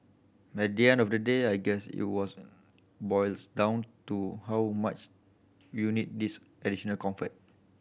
at the end of the day I guess it was boils down to how much you need these additional comfort